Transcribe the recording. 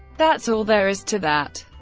that's all there is to that.